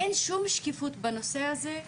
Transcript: אין שום שקיפות בנושא הזה,